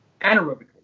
anaerobically